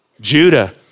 Judah